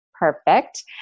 Perfect